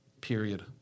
Period